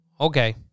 Okay